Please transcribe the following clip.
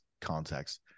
context